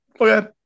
Okay